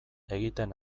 egiten